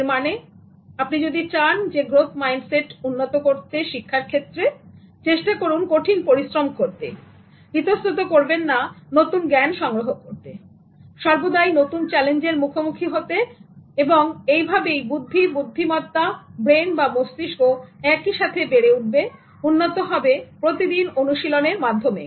এর মানে আপনি যদি চান গ্রোথ মাইন্ডসেট উন্নত করতে শিক্ষার ক্ষেত্রে চেষ্টা করুন কঠিন পরিশ্রম করতে ইতস্ততঃ করবেন না নতুন জ্ঞান সংগ্রহ করতে সর্বদাই নতুন চ্যালেঞ্জের মুখোমুখি হতে এবং এই ভাবেই বুদ্ধি বুদ্ধিমত্তা ব্রেন বা মস্তিষ্ক একই সাথে বেড়ে উঠবে উন্নত হবে প্রতিদিন অনুশীলনের মাধ্যমে